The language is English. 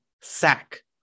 sack